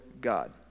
God